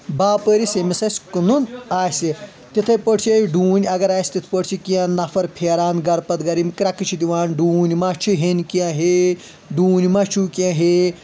باپٲرِس یٔمِس اسہِ کٕنُن آسہِ تِتھے پٲٹھۍ چھِ ٲسۍ ڈونۍ اگر آسہِ تتھ پٲٹھۍ چھِ کینٛہہ نفر پھیران گرٕ پتہٕ گرٕ یِم کرٛٮ۪کہٕ چھِ دِوان ڈونۍ ما چھِ ہینۍ کینٛہہ ہے ڈونۍ ما چھِو کینٛہہ ہے